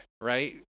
right